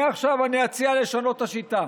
מעכשיו אני אציע לשנות את השיטה.